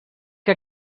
que